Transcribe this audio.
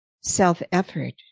self-effort